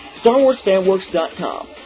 StarWarsFanWorks.com